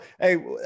hey